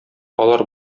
алар